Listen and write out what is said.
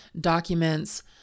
documents